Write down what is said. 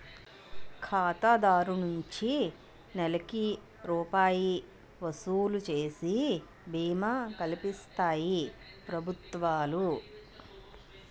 ఖాతాదారు నుంచి నెలకి రూపాయి వసూలు చేసి బీమా కల్పిస్తాయి ప్రభుత్వాలు